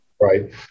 right